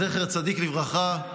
זכר צדיק לברכה,